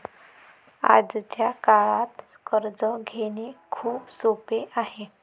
आजच्या काळात कर्ज घेणे खूप सोपे आहे